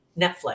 Netflix